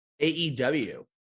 AEW